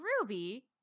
Ruby